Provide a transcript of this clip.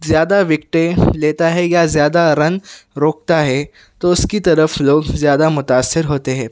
زیادہ وکٹیں لیتا ہے یا زیادہ رن روکتا ہے تو اُس کی طرف لوگ زیادہ متاثر ہوتے ہے